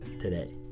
today